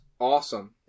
awesome